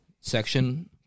section